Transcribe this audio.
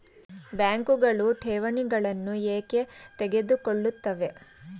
ಬ್ಯಾಂಕುಗಳು ಠೇವಣಿಗಳನ್ನು ಏಕೆ ತೆಗೆದುಕೊಳ್ಳುತ್ತವೆ?